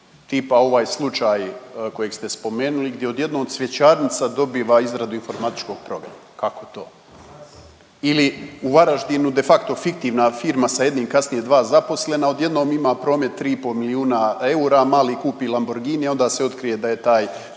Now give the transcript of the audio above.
tipa ovaj slučaj kojeg ste spomenuli gdje od jednog cvjećarnica dobiva izradu informatičkog programa. Kako to? Ili u Varaždinu, de facto fiktivna firma sa jednim, kasnije dva zaposlena, odjednom ima promet 3,5 milijuna eura, mali kupi Lamborghini, a onda se otkrije da je taj